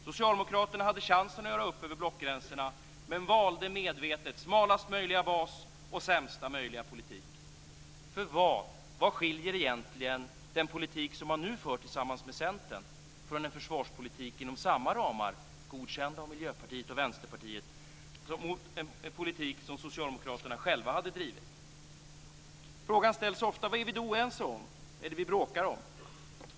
Socialdemokraterna hade chansen att göra upp över blockgränserna, men valde medvetet smalast möjliga bas och sämsta möjliga politik. Vad skiljer egentligen den politik man nu för tillsammans med Centern från en försvarspolitik inom samma ramar godkänd av Miljöpartiet och Vänsterpartiet och en politik som Socialdemokraterna själva hade drivit? Frågan ställs ofta vad det är som vi är oense om. Vad är det vi bråkar om?